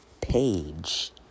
page